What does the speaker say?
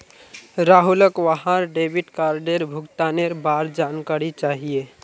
राहुलक वहार डेबिट कार्डेर भुगतानेर बार जानकारी चाहिए